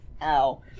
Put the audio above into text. Ow